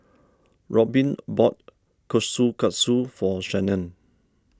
Robbin bought Kushikatsu for Shannen